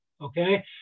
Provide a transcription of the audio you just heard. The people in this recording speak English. okay